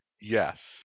Yes